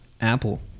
apple